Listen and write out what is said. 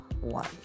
one